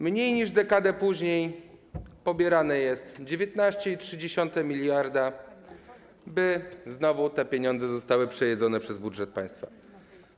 Mniej niż dekadę później pobierane jest 19,3 mld, by znowu te pieniądze zostały przejedzone przez budżet państwa.